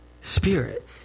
Spirit